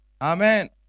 Amen